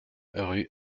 rue